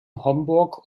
homburg